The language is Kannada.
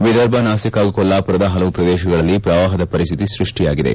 ವಿದರ್ಭ ನಾಸಿಕ್ ಹಾಗೂ ಕೊಲ್ಲಾಪುರದ ಹಲವು ಪ್ರದೇಶಗಳಲ್ಲಿ ಪ್ರವಾಹದ ಸ್ಥಿತಿ ಸೃಪ್ಷಿಯಾಗಿದೆ